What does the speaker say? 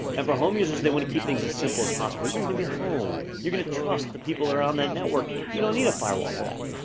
and for home users, they wanna keep things as simple as possible. you're gonna be at home, you're gonna trust the people around that network, you don't need a firewall for that.